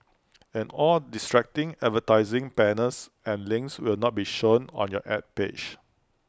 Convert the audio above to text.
and all distracting advertising banners and links will not be shown on your Ad page